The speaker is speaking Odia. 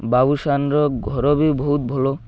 ବାବୁସାନର ଘର ବି ବହୁତ ଭଲ